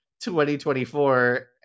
2024